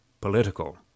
political